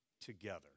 together